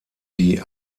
die